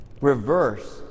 reverse